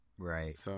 Right